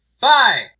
Bye